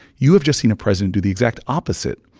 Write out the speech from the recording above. you have just seen a president do the exact opposite.